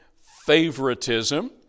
favoritism